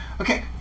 okay